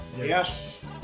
Yes